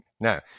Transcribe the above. Now